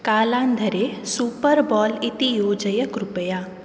कालान्धरे super bowl इति योजय कृपया